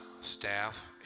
staff